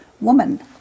woman